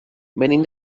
venim